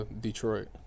Detroit